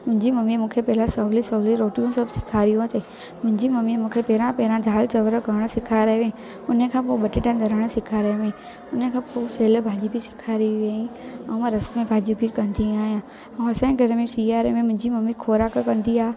मुंहिंजी ममीअ मूंखे पहेला सवली सवली रोटियूं सभु सेखारी वर्ती मुंहिंजी ममीअ मूंखे पहिरां पहिरां दालि चांवर करणु सेखारिया हुअई हुन खां पोइ बटेटा तरण सेखारयो हुअई हुन खां पोइ सेल भाॼी बि सेखारियो हुअई ऐं मां रस में भाॼी बि कंदी आहियां ऐं असांजे घर में सिआरे में मुंहिंजी ममी ख़ौराकु कंदी आहे